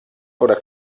oder